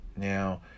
Now